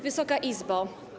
Wysoka Izbo!